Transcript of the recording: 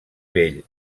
vell